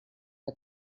que